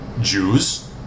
Jews